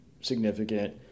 significant